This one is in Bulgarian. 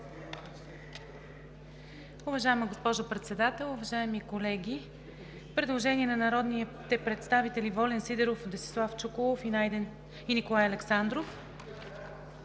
Уважаема госпожо председател, уважаеми колеги! Предложение на народните представители Волен Сидеров, Десислав Чуколов и Николай Александров